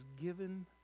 given